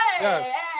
Yes